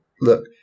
Look